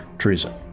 Treason